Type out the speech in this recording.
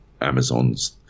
Amazon's